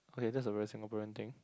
okay that's a very Singaporean thing